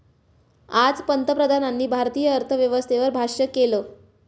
आज पंतप्रधानांनी भारतीय अर्थव्यवस्थेवर भाष्य केलं